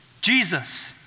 Jesus